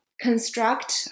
construct